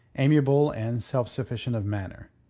amiable and self-sufficient of manner.